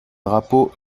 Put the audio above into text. drapeaux